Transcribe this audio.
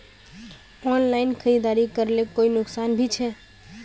Online खरीदारी करले कोई नुकसान भी छे?